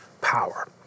power